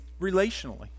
relationally